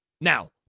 Now